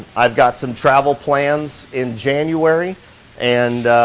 i've got some travel plans in january and